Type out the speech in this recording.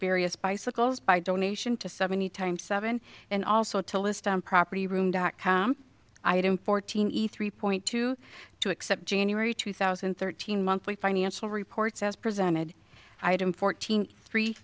various bicycles by donation to seventy times seven and also to list on property room dot com item fortini three point two two accept january two thousand and thirteen monthly financial reports as presented item fourteen three